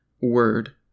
Word